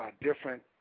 different